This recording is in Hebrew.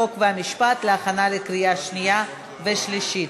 חוק ומשפט להכנה לקריאה שנייה ושלישית.